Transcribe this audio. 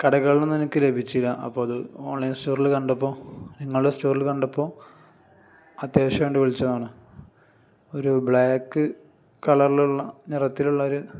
കടകളിൽ നിന്നും എനിക്ക് ലഭിച്ചില്ല അപ്പം അത് ഓൺലൈൻ സ്റ്റോറിൽ കണ്ടപ്പോൾ നിങ്ങളുടെ സ്റ്റോറിൽ കണ്ടപ്പോൾ അത്യാവശ്യം വേണ്ടി വിളിച്ചതാണ് ഒരു ബ്ലാക്ക് കളറിലുള്ള നിറത്തിലുള്ള ഒരു